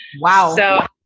Wow